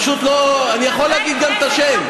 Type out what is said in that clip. אני יכול להגיד גם את השם,